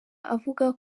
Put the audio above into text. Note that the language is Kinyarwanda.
avuga